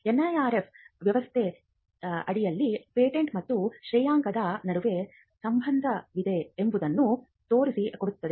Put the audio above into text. NIRF ವ್ಯವಸ್ಥೆಯಡಿಯಲ್ಲಿ patent ಮತ್ತು ಶ್ರೇಯಾಂಕದ ನಡುವೆ ಸಂಬಂಧವಿದೆ ಎಂಬುದನ್ನು ತೋರಿಸಿಕೊಡುತ್ತದೆ